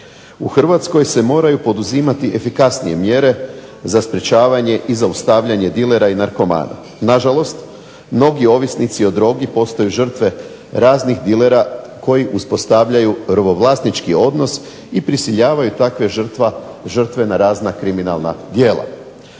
U Hrvatskoj se moraju poduzimati efikasnije mjere za sprečavanje i zaustavljanje dilera i narkomana. Nažalost, mnogi ovisnici o drogi postaju žrtve raznih dilera koji uspostavljaju robovlasnički odnos i prisiljavaju takve žrtve na razna kriminalna djela.